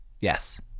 Yes